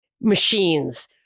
machines